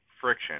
friction